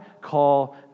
call